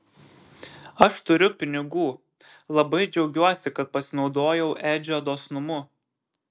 aš turiu pinigų labai džiaugiuosi kad pasinaudojau edžio dosnumu